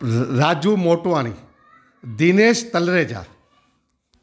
Raju Motwani Dinesh Talreja